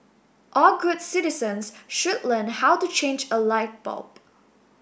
all good citizens should learn how to change a light bulb